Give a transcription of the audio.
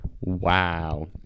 Wow